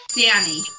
Danny